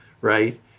right